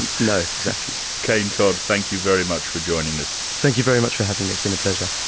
and no, exactly. cain todd, thank you very much for joining us. thank you very much for having me, it's been a pleasure.